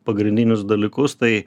pagrindinius dalykus tai